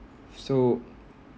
so